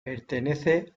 pertenece